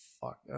fuck